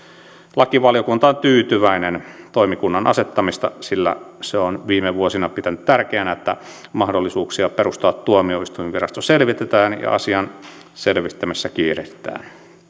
lakivaliokunta on tyytyväinen toimikunnan asettamisesta sillä se on viime vuosina pitänyt tärkeänä että mahdollisuuksia perustaa tuomioistuinvirasto selvitetään ja asian selvittämisessä kiirehditään